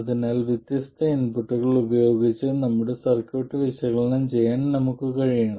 അതിനാൽ വ്യത്യസ്ത ഇൻപുട്ടുകൾ ഉപയോഗിച്ച് നമ്മുടെ സർക്യൂട്ട് വിശകലനം ചെയ്യാൻ നമുക്ക് കഴിയണം